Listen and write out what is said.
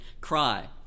cry